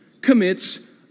commits